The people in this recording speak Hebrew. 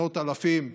מאות אלפים נפלו,